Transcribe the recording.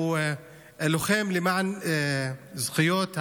הוא לוחם למען זכויות האדם.